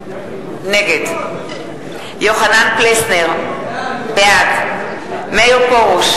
נגד יוחנן פלסנר, בעד מאיר פרוש,